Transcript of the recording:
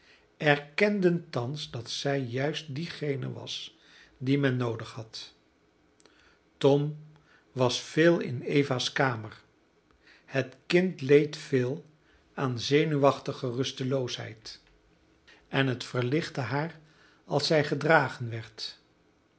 erkenden thans dat zij juist diegene was die men noodig had tom was veel in eva's kamer het kind leed veel aan zenuwachtige rusteloosheid en het verlichtte haar als zij gedragen werd